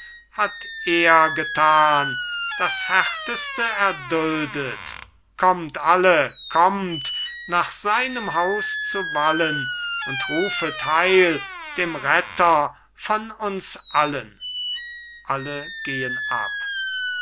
hat er getan das härteste erduldet kommt alle kommt nach seinem haus zu wallen und rufet heil dem retter von uns allen alle gehen ab